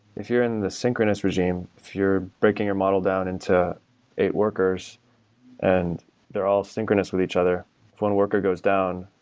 if you're in the synchronous regime, if you're breaking your model down into eight workers and they're all synchronous with each other, if one worker goes down,